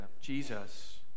Jesus